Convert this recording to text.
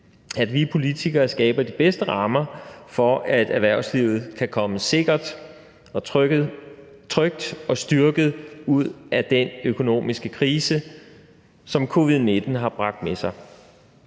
at vi politikere skaber de bedste rammer for, at erhvervslivet kan komme sikkert, trygt og styrket ud af den økonomiske krise, som covid-19 har bragt med sig.